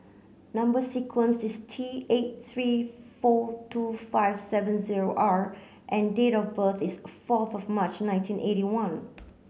number sequence is T eight three four two five seven zero R and date of birth is fourth of March nineteen eighty one